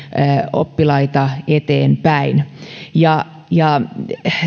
oppilaita eteenpäin